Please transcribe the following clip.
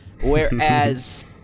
whereas